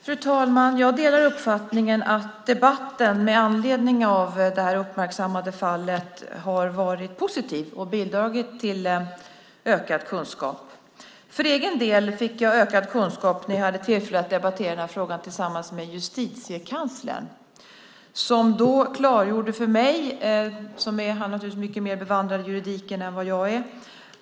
Fru talman! Jag delar uppfattningen att debatten med anledning av det här uppmärksammade fallet har varit positiv och bidragit till ökad kunskap. För egen del fick jag ökad kunskap när jag hade tillfälle att debattera den här frågan med justitiekanslern. Han är naturligtvis mycket mer bevandrad i juridiken än vad jag är.